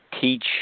teach